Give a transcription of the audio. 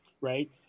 Right